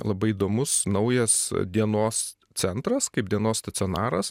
labai įdomus naujas dienos centras kaip dienos stacionaras